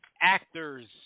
actors